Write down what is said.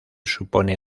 supone